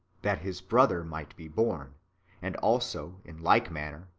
that his brother might be born and also, in like manner,